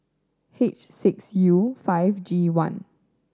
H six U five G one